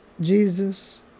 Jesus